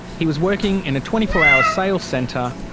he was working in a twenty four hour sales centre,